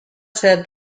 said